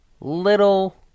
little